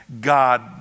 God